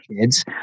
kids